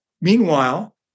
Meanwhile